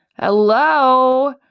Hello